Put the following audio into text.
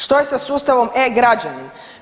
Što je sa sustavom e-građanin?